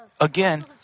again